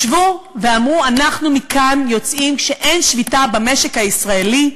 ישבו ואמרו: אנחנו מכאן יוצאים כשאין שביתה במשק הישראלי,